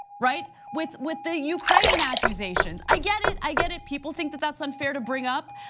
right? with with the ukraine accusations, i get it, i get it. people think that that's unfair to bring up,